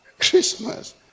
Christmas